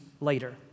later